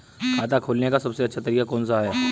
खाता खोलने का सबसे अच्छा तरीका कौन सा है?